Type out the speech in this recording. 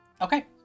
Okay